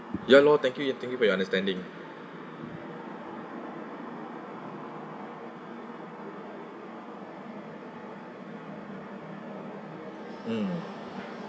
ya loh thank you thank you for your understanding mm